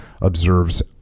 observes